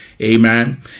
Amen